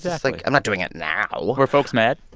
just, like i'm not doing it now were folks mad?